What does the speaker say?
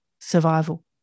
survival